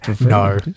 No